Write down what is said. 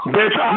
Bitch